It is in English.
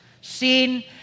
seen